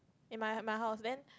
in my my house then